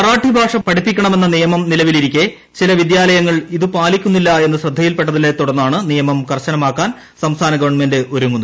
മറാഠിഭാഷ പഠിപ്പിക്കണമെന്ന നിയമം നിലവിലിരിക്കെ ചില വിദ്യാലയങ്ങൾ ഇതു പാലിക്കുന്നില്ല എന്ന് ശ്രദ്ധയിൽപ്പെട്ടതിനെത്തുടർന്നാണ് നിയമം കർശനമാക്കാൻ സംസ്ഥാന ഗവൺമെന്റ് ഒരുങ്ങുന്നത്